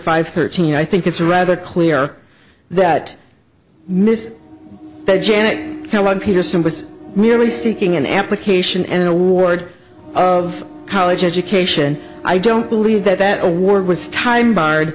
five thirteen i think it's rather clear that miss janet yellen peterson was merely seeking an application and an award of college education i don't believe that that award was time barred